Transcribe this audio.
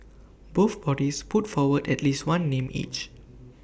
both bodies put forward at least one name each